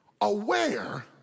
aware